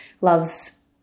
loves